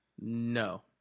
No